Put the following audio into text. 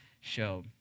show